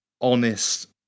honest